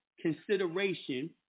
consideration